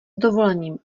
dovolením